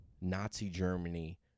Nazi-Germany